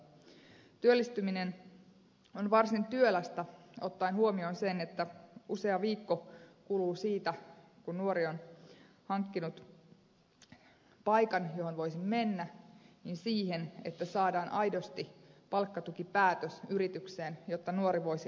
työllistyminen on varsin työlästä ottaen huomioon sen että usea viikko kuluu siitä kun nuori on hankkinut paikan johon voisi mennä siihen että saadaan aidosti palkkatukipäätös yritykseen jotta nuori voisi aloittaa työt